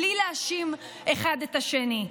בלי להאשים אחד את השני.